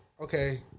okay